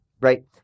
right